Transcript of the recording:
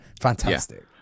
Fantastic